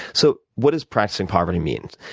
so what does practicing poverty mean?